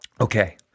Okay